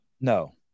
No